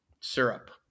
syrup